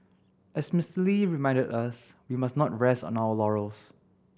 as Mister Lee reminded us we must not rest on our laurels